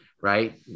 right